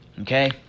Okay